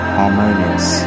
harmonious